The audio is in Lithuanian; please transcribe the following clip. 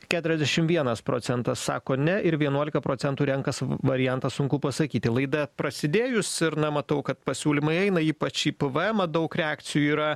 keturiasdešim vienas procentas sako ne ir vienuolika procentų renkas variantą sunku pasakyti laida prasidėjus ir na matau kad pasiūlymai eina ypač į pavaemą daug reakcijų yra